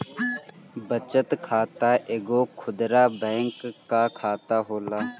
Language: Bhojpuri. बचत खाता एगो खुदरा बैंक कअ खाता होला